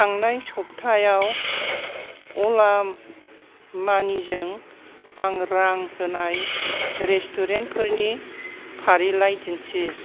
थांनाय सप्तायाव अला मानिजों आं रां होनाय रेस्टुरेन्टफोरनि फारिलाइ दिन्थि